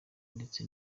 ndetse